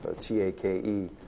T-A-K-E